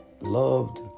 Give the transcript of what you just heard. loved